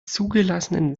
zugelassenen